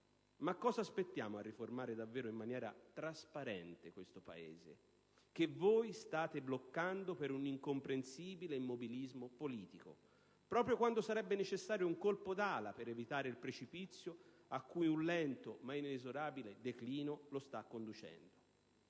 cosa aspettiamo a riformare davvero in maniera trasparente questo Paese, che voi state bloccando in un incomprensibile immobilismo politico, proprio quando sarebbe necessario un colpo d'ala per evitare il precipizio a cui un lento ma inesorabile declino lo sta conducendo?